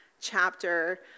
chapter